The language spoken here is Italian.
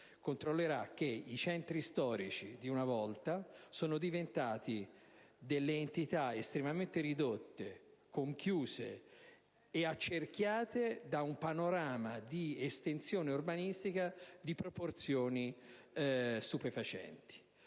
semplicità: i centri storici di una volta sono diventati entità estremamente ridotte, conchiuse ed accerchiate da una panorama di estensione urbanistica di proporzioni stupefacenti.